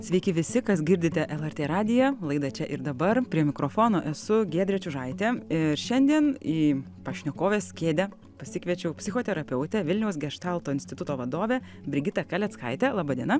sveiki visi kas girdite lrt radiją laida čia ir dabar prie mikrofono esu giedrė čiužaitė ir šiandien į pašnekovės kėdę pasikviečiau psichoterapeutę vilniaus geštalto instituto vadovę brigitą kaleckaitę laba diena